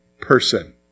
person